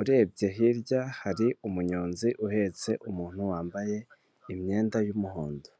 urebye hirya hari umunyonzi uhetse umuntu wambaye imyenda y'umuhondo.